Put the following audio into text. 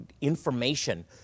information